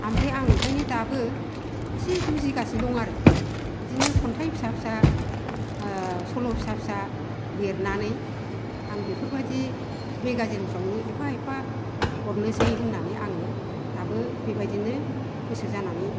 ओमफ्राय आं ओंखायनो दाबो एसे जुजिगासिनो दं आरो बिदिनो खन्थाइ फिसा फिसा सल' फिसा फिसा लिरनानै आं बेफोरबादि मेगाजिन फ्रावनो एफा एफा हरनोसै होन्नानै आङो दाबो बेबादिनो गोसो जानानै